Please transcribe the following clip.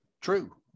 True